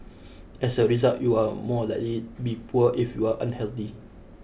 as a result you are more likely be poor if you are unhealthy